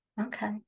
Okay